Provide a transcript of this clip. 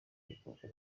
bikorwa